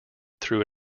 through